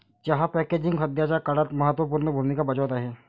चहा पॅकेजिंग सध्याच्या काळात महत्त्व पूर्ण भूमिका बजावत आहे